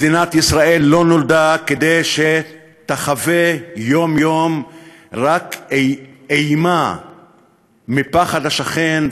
מדינת ישראל לא נולדה כדי שתחווה יום-יום רק אימה מפחד השכן,